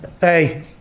Hey